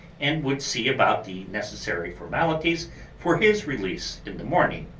and would see about the necessary formalities for his release in the morning.